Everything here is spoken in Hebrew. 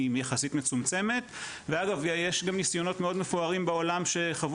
אם יחסית מצומצמת ואז יש גם ניסיונות מאוד מפוארים בעולם שחוו